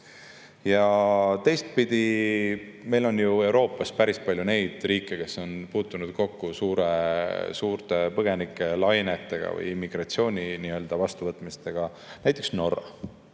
inimesi. Teistpidi, meil on ju Euroopas päris palju neid riike, kes on puutunud kokku suurte põgenikelainetega või immigratsiooniga, näiteks Norra.